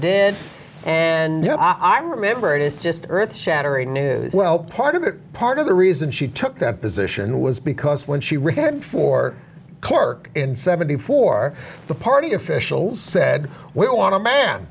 did and i remember it is just earth shattering news well part of it part of the reason she took that position was because when she retired for cork in seventy four the party officials said we want a man